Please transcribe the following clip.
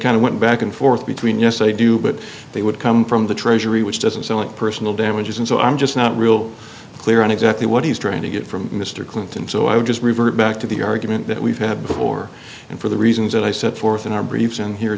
of went back and forth between yes i do but they would come from the treasury which doesn't sound like personal damages and so i'm just not real clear on exactly what he's trying to get from mr clinton so i would just revert back to the argument that we've had before and for the reasons that i set forth in our briefs and here